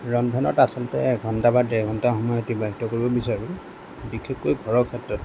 ৰন্ধনত আচলতে এঘণ্টা বা ডেৰ ঘণ্টা সময় আতিবাহিত কৰিব বিচাৰোঁ বিশেষকৈ ঘৰৰ ক্ষেত্ৰত